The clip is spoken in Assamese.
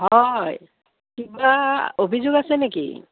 হয় কিবা অভিযোগ আছে নেকি